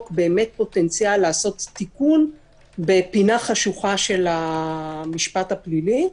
באמת פוטנציאל לעשות תיקון בפינה חשוכה של המשפט הפלילי,